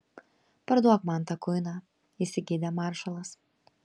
parduok man tą kuiną įsigeidė maršalas